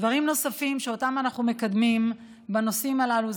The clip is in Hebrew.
דברים נוספים שאותם אנחנו מקדמים בנושאים הללו,